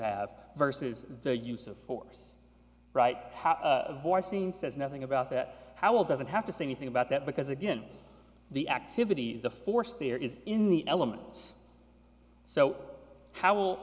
have versus the use of force right voicing says nothing about that how it doesn't have to say anything about that because again the activity the force there is in the elements so how will